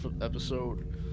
episode